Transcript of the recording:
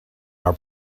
our